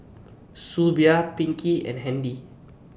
Eusebio Pinkie and Handy